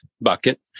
bucket